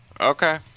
Okay